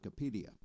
Wikipedia